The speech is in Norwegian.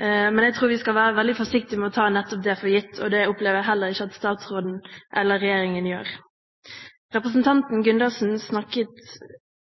men jeg tror vi skal være veldig forsiktige med å ta nettopp det for gitt. Det opplever jeg heller ikke at statsråden eller regjeringen gjør. Representanten Gundersen